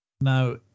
Now